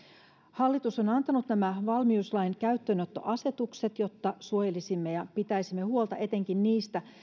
hallitus on on antanut nämä valmiuslain käyttöönottoasetukset jotta suojelisimme ja pitäisimme huolta etenkin niistä